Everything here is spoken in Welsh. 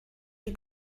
chi